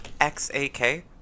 X-A-K